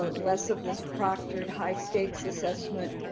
ah less of this proctored, high stakes assessment,